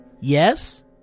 Yes